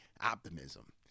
optimism